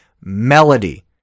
melody